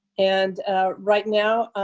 and right now,